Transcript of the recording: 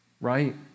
right